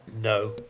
No